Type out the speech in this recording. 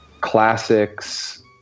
classics